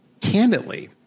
candidly